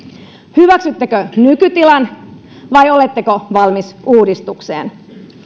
hyväksyttekö nykytilan vai oletteko valmis uudistukseen